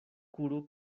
kuru